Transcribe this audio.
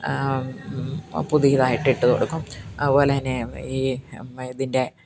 പുതിയതായിട്ട് ഇട്ട് കൊടുക്കും അതുപോലെ തന്നെ ഈ ഇതിന്റെ